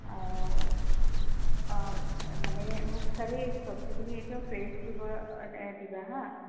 অঁ অঁ মানে মোক খালি চবজিখিনি একদম ফ্ৰেছ দিব দিবা হাঁ